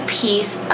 piece